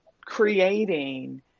creating